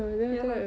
your house